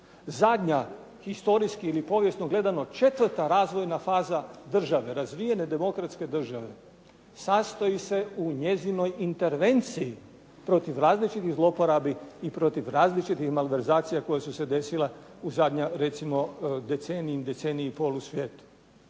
Zadnja historijski ili povijesno gledano četvrta razvojna faza države, razvijene demokratske države sastoji se u njezinoj intervenciji protiv različitih zloporabi i protiv različitih malverzacija koje su se desile u zadnja recimo decenij, decenij i pol u svijetu.